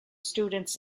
students